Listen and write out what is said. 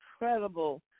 incredible